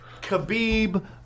Khabib